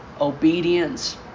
obedience